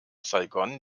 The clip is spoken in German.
saigon